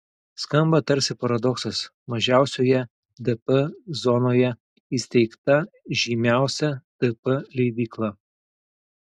skamba tarsi paradoksas mažiausioje dp zonoje įsteigta žymiausia dp leidykla